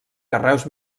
carreus